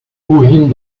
wohin